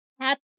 happy